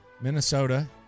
Minnesota